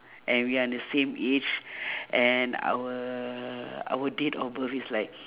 and we are the same age and our our date of birth is like